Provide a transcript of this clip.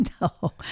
No